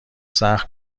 سخت